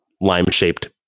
lime-shaped